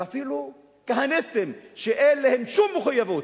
ואפילו כהניסטים שאין להם שום מחויבות